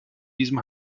diesem